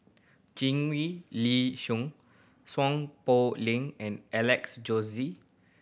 Li Song Seow Poh Leng and Alex Josey